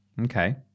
Okay